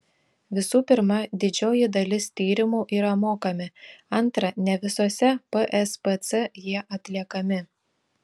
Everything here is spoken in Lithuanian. visų pirma didžioji dalis tyrimų yra mokami antra ne visose pspc jie atliekami